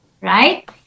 right